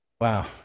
Wow